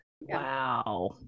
wow